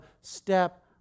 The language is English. step